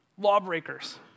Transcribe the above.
Lawbreakers